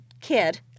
kid